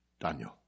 Daniel